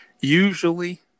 Usually